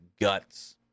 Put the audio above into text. guts